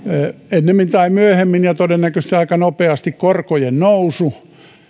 ennemmin tai myöhemmin ja todennäköisesti aika nopeasti korkojen nousu